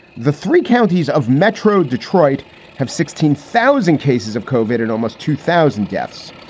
the three counties of metro detroit have sixteen thousand cases of cauvin and almost two thousand deaths.